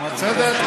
בסדר?